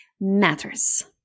matters